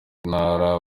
mutara